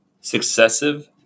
successive